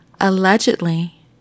Allegedly